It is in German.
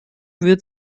wird